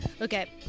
Okay